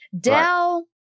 Dell